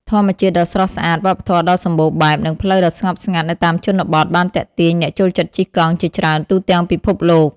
ធម្មជាតិដ៏ស្រស់ស្អាត វប្បធម៌ដ៏សម្បូរបែប និងផ្លូវដ៏ស្ងប់ស្ងាត់នៅតាមជនបទបានទាក់ទាញអ្នកចូលចិត្តជិះកង់ជាច្រើនទូទាំងពិភពលោក។